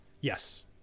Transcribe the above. yes